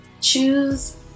choose